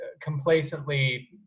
complacently